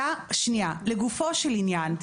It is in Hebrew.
לגופו של עניין.